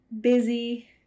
busy